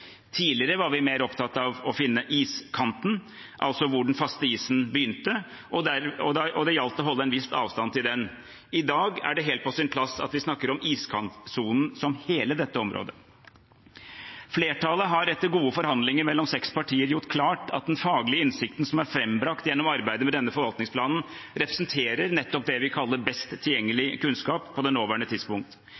Tidligere var vi mer opptatt av å finne iskanten, altså hvor den faste isen begynte, og det gjaldt å holde en viss avstand til den. I dag er det helt på sin plass at vi snakker om iskantsonen som hele dette området. Flertallet har etter gode forhandlinger mellom seks partier gjort klart at den faglige innsikten som er frambrakt gjennom arbeidet med denne forvaltningsplanen, representerer nettopp det vi kaller best tilgjengelig